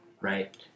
right